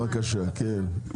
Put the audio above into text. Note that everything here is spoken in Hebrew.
כן, נכון, בבקשה כן.